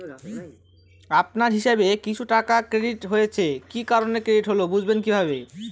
আপনার হিসাব এ কিছু টাকা ক্রেডিট হয়েছে কি কারণে ক্রেডিট হল বুঝবেন কিভাবে?